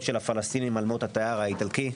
של הפלסטינים על מות התייר האיטלקי.